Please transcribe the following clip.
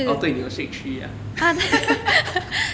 orh 对你有 shake tree ah